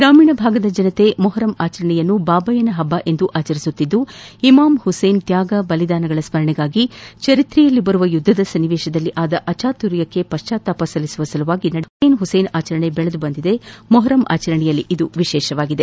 ಗ್ರಾಮೀಣ ಭಾಗದ ಜನರು ಮೊಹರಂ ಆಚರಣೆಯನ್ನು ಬಾಬಯ್ಯನ ಹಬ್ಬವೆಂದು ಆಚರಿಸುತ್ತಿದ್ದು ಇಮಾಮ್ ಹುಸೇನ್ ತ್ಯಾಗ ಬಲಿದಾನಗಳ ಸ್ಮರಣೆಗಾಗಿ ಚರಿತ್ರೆಯಲ್ಲಿ ಬರುವ ಯುದ್ದದ ಸನ್ನಿವೇಶದಲ್ಲಿ ಆದ ಅಚಾತುರ್ಯಕ್ಕೆ ಪಶ್ಚಾತ್ತಾಪ ಸಲ್ಲಿಸುವ ಸಲುವಾಗಿ ನಡೆಯುವ ಹಸೇನ್ ಹುಸೇನ್ ಆಚರಣೆ ಬೆಳೆದು ಬಂದಿದ್ದು ಮೊಹರಂ ಆಚರಣೆಯಲ್ಲಿ ವಿಶೇಷವಾಗಿದೆ